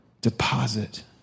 deposit